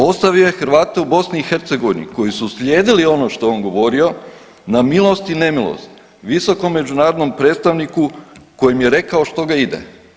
Ostavio je Hrvate u BiH koji su slijedili ono što je on govorio na milost i nemilost visokom međunarodnom predstavniku kojem je rekao što ga ide.